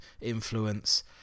influence